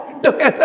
together